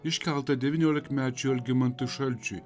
iškeltą devyniolikmečiui algimantui šalčiui